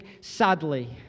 sadly